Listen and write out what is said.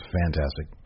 fantastic